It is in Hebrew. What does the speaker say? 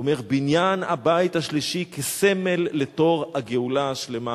הוא אומר: "בניין הבית השלישי כסמל לתור הגאולה השלמה".